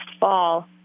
fall